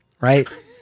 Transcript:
Right